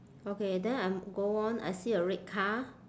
okay then I'm go on I see a red car